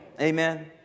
amen